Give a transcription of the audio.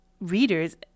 Readers